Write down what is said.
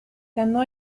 ganó